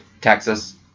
Texas